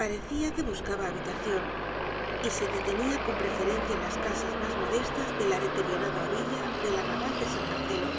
parecia que buscaba habitacion y se detenia con preferencia en las casas mas modestas de la deteriorada orilla del arrabal de san marcelo